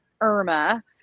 irma